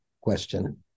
question